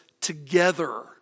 together